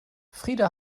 frida